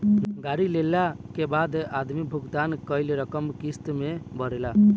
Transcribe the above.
गाड़ी लेला के बाद आदमी भुगतान कईल रकम किस्त में भरेला